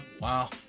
Wow